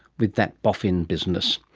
with that boffin business,